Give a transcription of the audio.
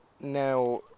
now